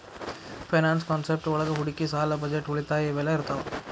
finance concept ಒಳಗ ಹೂಡಿಕಿ ಸಾಲ ಬಜೆಟ್ ಉಳಿತಾಯ ಇವೆಲ್ಲ ಇರ್ತಾವ